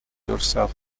yourself